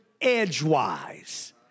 edgewise